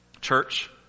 Church